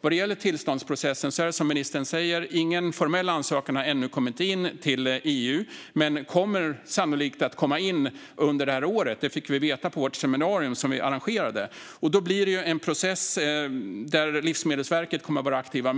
Vad gäller tillståndsprocessen är det som ministern säger. Ingen formell ansökan har ännu kommit in till EU. Men en sådan kommer sannolikt att komma in under det här året, fick vi veta på vårt seminarium som vi arrangerade. Då blir det en process där Livsmedelsverket kommer att vara aktivt.